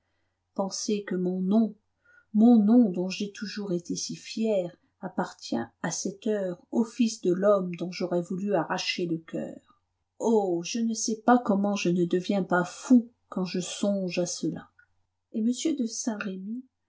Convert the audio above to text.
penser que mon nom mon nom dont j'ai toujours été si fier appartient à cette heure au fils de l'homme dont j'aurais voulu arracher le coeur oh je ne sais pas comment je ne deviens pas fou quand je songe à cela et m de saint-remy